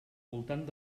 voltant